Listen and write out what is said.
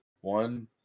one